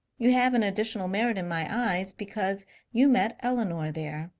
you have an additional merit in my eyes because you met elinor there.